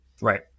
Right